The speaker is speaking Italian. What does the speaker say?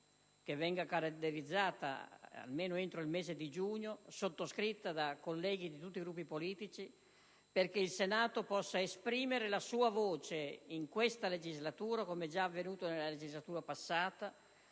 Grazie a tutti